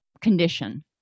condition